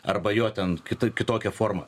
arba jo ten ki kitokią formą